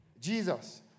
Jesus